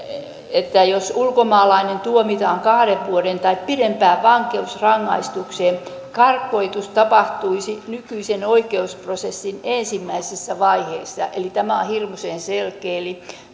jos ulkomaalainen tuomitaan kahden vuoden tai pidempään vankeusrangaistukseen karkotus tapahtuisi nykyisen oikeusprosessin ensimmäisessä vaiheessa eli tämä on hirmuisen selkeä eli